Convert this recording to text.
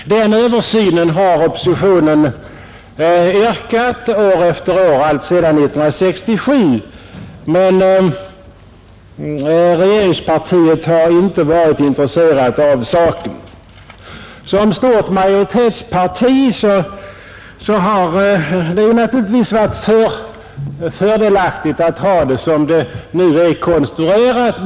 Sådan översyn har oppositionen yrkat år efter år alltsedan 1967, men regeringspartiet har inte varit intresserat av saken. För ett stort majoritetsparti har det naturligtvis varit angeläget att ha den nuvarande konstruktionen för stöd.